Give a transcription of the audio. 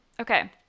Okay